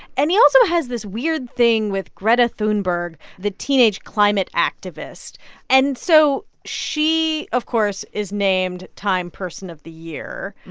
and he also has this weird thing with greta thunberg, the teenage climate activist and so she, of course, is named time person of the year.